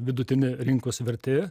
vidutinė rinkos vertė